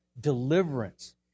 deliverance